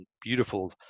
beautiful